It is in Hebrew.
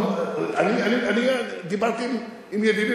אני דיברתי עם ידידי.